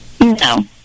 No